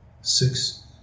six